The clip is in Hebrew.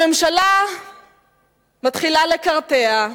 הממשלה מתחילה לקרטע,